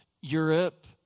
Europe